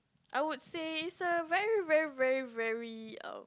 I would say it's a very very very very um